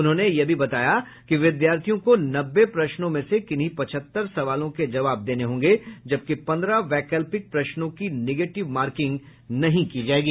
उन्होंने यह भी बताया कि विद्यार्थियों को नब्बे प्रश्नों में से किन्ही पचहत्तर सवालों के जवाब देने होंगे जबकि पन्द्रह वैकल्पिक प्रश्नों की नेगेटिव मार्किंग नहीं की जाएगी